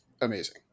amazing